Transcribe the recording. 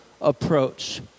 approach